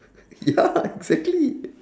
ya exactly